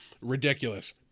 Ridiculous